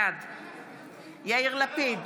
בעד יאיר לפיד,